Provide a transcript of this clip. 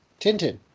Tintin